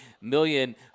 million